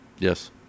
Yes